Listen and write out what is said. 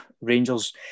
Rangers